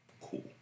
Cool